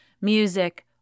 music